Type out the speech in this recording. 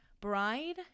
Bride